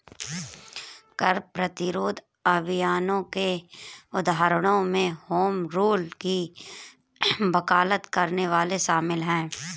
कर प्रतिरोध अभियानों के उदाहरणों में होम रूल की वकालत करने वाले शामिल हैं